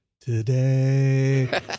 today